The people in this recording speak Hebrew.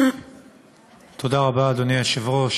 אדוני היושב-ראש,